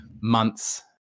months